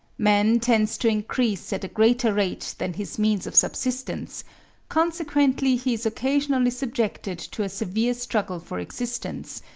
man tends to increase at a greater rate than his means of subsistence consequently he is occasionally subjected to a severe struggle for existence,